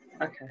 Okay